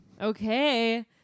Okay